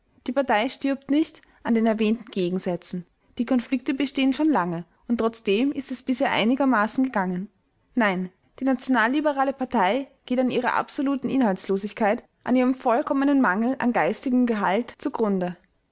die partei stirbt nicht an den erwähnten gegensätzen die konflikte bestehen schon lange und trotzdem ist es bisher einigermaßen gegangen nein die nationalliberale partei geht an ihrer absoluten inhaltlosigkeit an ihrem vollkommenen mangel an geistigem gehalt zu